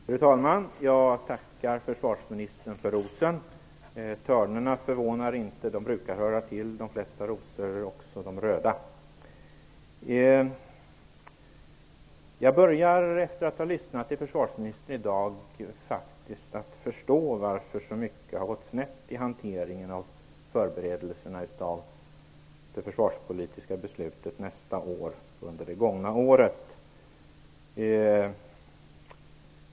Fru talman! Jag tackar försvarsministern för rosen. Törnena förvånar inte. De brukar höra till de flesta rosor - också de röda. Jag börjar efter att ha lyssnat till försvarsministern i dag faktiskt att förstå varför så mycket har gått snett i hanteringen av förberedelserna av det försvarspolitiska beslutet nästa år under det gångna året.